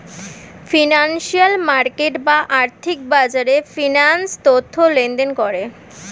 financial market বা আর্থিক বাজারে ফিন্যান্স তথ্য লেনদেন করে